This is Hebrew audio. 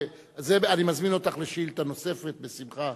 אני מזמין אותך לשאילתא נוספת, בשמחה.